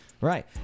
right